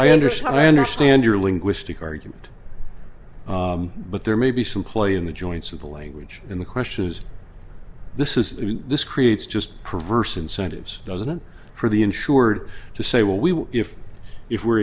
i understand i understand your linguistic argument but there may be some play in the joints of the language in the question is this is this creates just perverse incentives doesn't it for the insured to say well we will if if we're